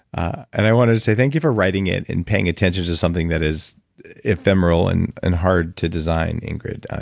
ah and i wanted to say thank you for writing it and paying attention to something that is ephemeral and and hard to design, ingrid.